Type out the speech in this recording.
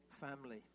family